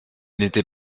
n’était